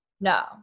No